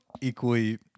equally